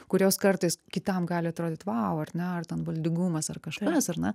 kurios kartais kitam gali atrodyt vau ar ne ar ten valdingumas ar kažkas ar ne